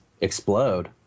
explode